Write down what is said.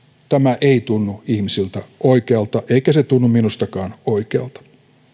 tämä ei tunnu ihmisistä oikealta eikä se tunnu minustakaan oikealta